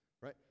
right